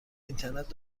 اینترنت